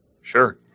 Sure